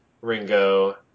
Ringo